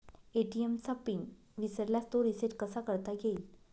ATM चा PIN विसरल्यास तो रिसेट कसा करता येईल?